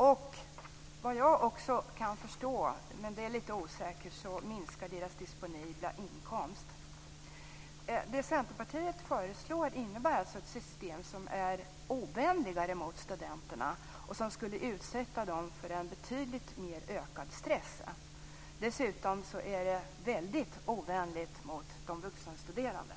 Såvitt jag förstår - men detta är lite osäkert - minskar deras disponibla inkomst. Vad Centerpartiet föreslår innebär alltså ett system som är ovänligare mot studenterna och som skulle utsätta dessa för en betydligt större stress. Dessutom är det föreslagna systemet väldigt ovänligt mot de vuxenstuderande.